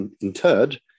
interred